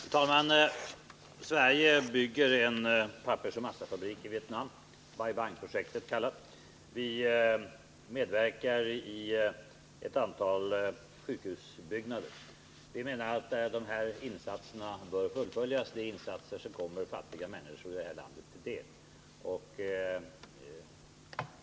Fru talman! Sverige bygger en pappersoch pappersmassefabrik i Vietnam-Bai Bang-projektet. Dessutom medverkar vi i uppförandet av två sjukhus. Enligt vår mening bör insatserna fullföljas, eftersom det kommer fattiga människor i Vietnam till del.